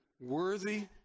worthy